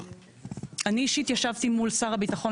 אני אישית ישבתי מול שר הביטחון